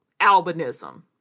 albinism